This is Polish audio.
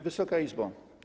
Wysoka Izbo!